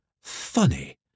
Funny